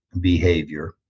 behavior